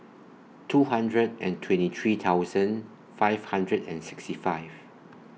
two hundred and twenty three thousand five hundred and sixty five